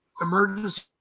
emergency